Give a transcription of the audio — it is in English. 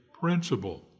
principle